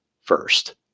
first